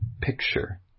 picture